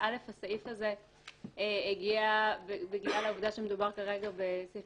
הסעיף הזה הגיע בגלל העובדה שמדובר כרגע בסעיף